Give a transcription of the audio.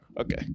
Okay